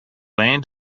land